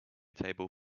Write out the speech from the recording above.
table